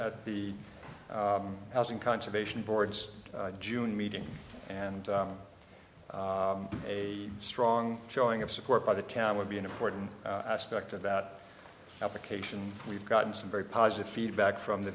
at the housing conservation board's june meeting and a strong showing of support by the town would be an important aspect of that application we've gotten some very positive feedback from the